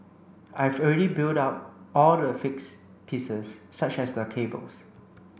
I've already built up all the fixed pieces such as the cables